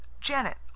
Janet